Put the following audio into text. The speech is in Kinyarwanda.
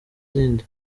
izindi